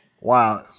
Wow